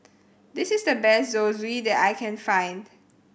this is the best Zosui that I can find